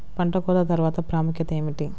పంట కోత తర్వాత ప్రాముఖ్యత ఏమిటీ?